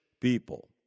people